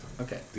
Okay